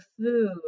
food